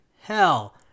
hell